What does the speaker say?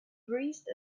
breathed